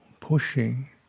pushing